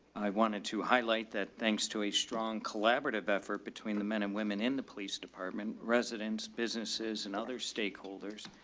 i wanted to highlight that thanks to a strong collaborative effort between the men and women in the police department, residents, businesses and other stakeholders.